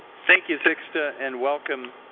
thank you, zixta, and welcome,